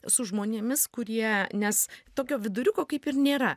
su žmonėmis kurie nes tokio viduriuko kaip ir nėra